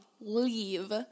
leave